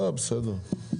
לא, בסדר.